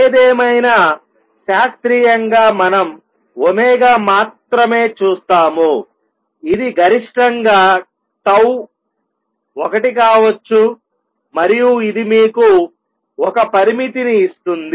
ఏదేమైనా శాస్త్రీయంగా మనం ω మాత్రమే చూస్తాము ఇది గరిష్టంగా 𝜏 ఒకటి కావచ్చు మరియు ఇది మీకు ఒక పరిమితిని ఇస్తుంది